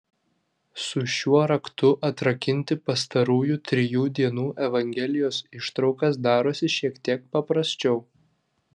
su šiuo raktu atrakinti pastarųjų trijų dienų evangelijos ištraukas darosi šiek tiek paprasčiau